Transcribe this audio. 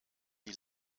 die